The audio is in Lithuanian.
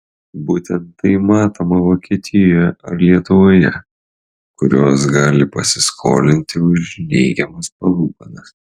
būtent tai matoma vokietijoje ar lietuvoje kurios gali pasiskolinti už neigiamas palūkanas